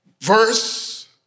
verse